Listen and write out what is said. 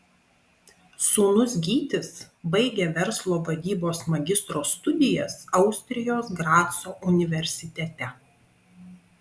sūnus gytis baigia verslo vadybos magistro studijas austrijos graco universitete